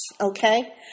Okay